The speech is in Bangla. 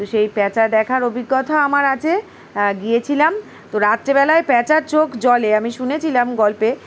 তো সেই প্যাঁচা দেখার অভিজ্ঞতাও আমার আছে গিয়েছিলাম তো রাত্রেবেলায় প্যাঁচার চোখ জ্বলে আমি শুনেছিলাম গল্পে